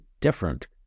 different